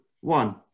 one